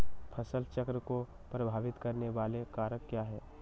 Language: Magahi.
फसल चक्र को प्रभावित करने वाले कारक क्या है?